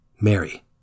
Mary